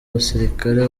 basirikare